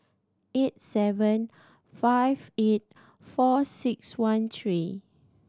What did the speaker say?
eight seven five eight four six one three